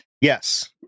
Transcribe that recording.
Yes